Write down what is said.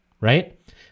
right